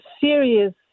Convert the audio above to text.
serious